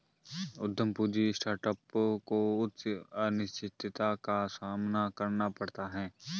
उद्यम पूंजी स्टार्टअप को उच्च अनिश्चितता का सामना करना पड़ता है